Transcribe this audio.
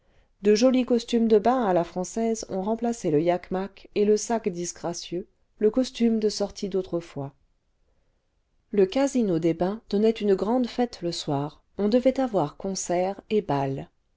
de jolis costumes de bain à la française ont remplacé le yachmak et le sac disgracieux le costume de sortie d'autrefois le casino des bains donnait une grande fête le soir on devait avoir concert et bal